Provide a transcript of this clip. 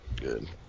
Good